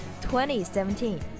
2017